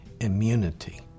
immunity